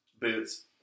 Boots